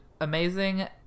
amazing